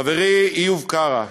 חברי איוב קרא,